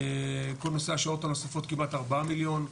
כל נושא השעות הנוספות כמעט 4 מיליון,